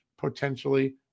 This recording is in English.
potentially